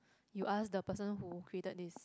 you ask the person who created this